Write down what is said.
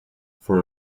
for